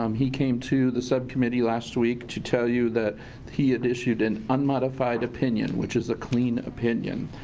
um he came to the sub-committee last week to tell you that he had issued an unmodified opinion which is a clean opinion.